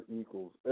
Equals